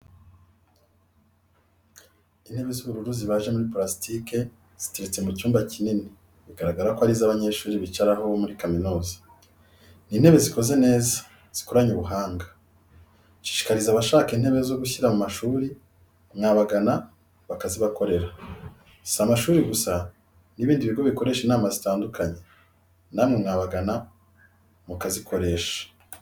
Intebe z'ubururu zibaje muri purasitike, ziteretse mu cyumba kinini, bigaragara ko ari izabanyeshuri bicaraho bo muri kaminuza. Ni intebe zikoze neza zikoranye ubuhanga. Nshishikariza abashaka intebe zo gushyira mu mashuri, mwabagana bakazibakorera. Si n'amashuri gusa n'ibindi bigo bikoresha inama zitandukanye, namwe mwabagana mukazikoresha.